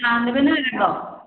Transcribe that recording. ନା ନେବା ନା